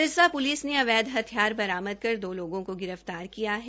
Sirsa police ने अवैध हथियार बरामद कर दो लोगों को गिरफतार किया है